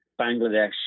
Bangladesh